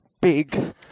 big